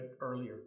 earlier